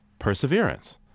Perseverance